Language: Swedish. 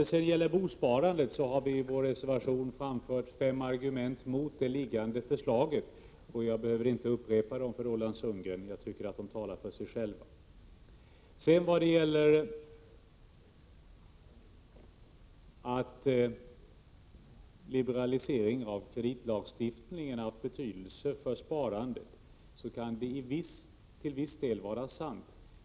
När det gäller bosparandet har vi i vår reservation framfört fem argument mot det liggande förslaget. Jag behöver inte upprepa dessa argument för Roland Sundgren -— de talar för sig själva. Att liberaliseringen av kreditlagstiftningen haft betydelse för sparandet kan till viss del vara sant.